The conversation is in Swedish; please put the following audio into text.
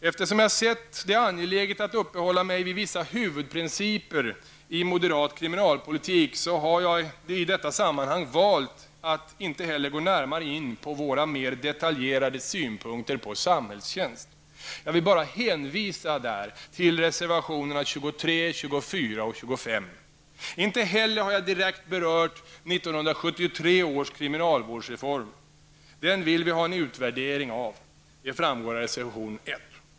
Eftersom jag sett det angeläget att uppehålla mig vid vissa huvudprinciper i moderat kriminalpolitik, har jag i detta sammanhang valt att inte heller gå närmare in på våra mer detaljerade synpunkter på samhällstjänst. Jag vill bara hänvisa till reservationerna 23, 24 och 25. Inte heller har jag direkt berört 1973 års kriminalvårdsreform. Den vill vi ha en utvärdering av. Det framgår av reservation 1.